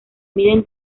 miden